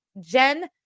Jen